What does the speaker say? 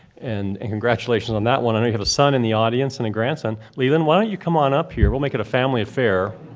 and and congratulations on that one. i know you have a son in the audience and a grandson. leland, why don't you come on up here. we'll make it a family affair.